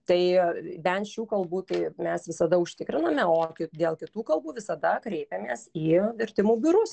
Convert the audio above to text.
tai bent šių kalbų tai mes visada užtikriname o dėl kitų kalbų visada kreipiamės į vertimų biurus